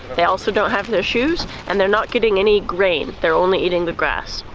they also don't have their shoes and they're not getting any grain. they're only eating the grass.